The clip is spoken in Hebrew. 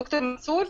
ד"ר מנסור,